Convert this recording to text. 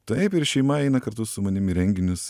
taip ir šeima eina kartu su manim į renginius